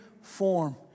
form